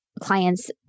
clients